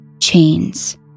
chains